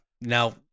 Now